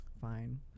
fine